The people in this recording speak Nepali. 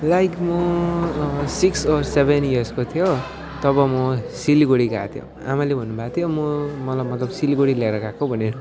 लाइक म सिक्स अर सेभेन इयर्सको थियो तब म सिलिगुडी गएको थियो आमाले भन्नुभएको थियो म मलाई मतलब सिलिगुडी लिएर गएको भने